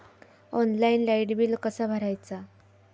Online light bill कसा भरायचा?